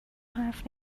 حرف